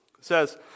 says